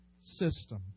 System